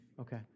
Okay